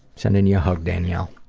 sending you a hug, daniel.